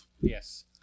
Yes